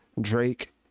Drake